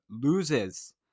loses